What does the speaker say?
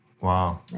Wow